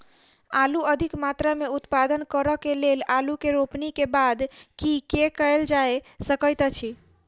आलु अधिक मात्रा मे उत्पादन करऽ केँ लेल आलु केँ रोपनी केँ बाद की केँ कैल जाय सकैत अछि?